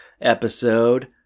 Episode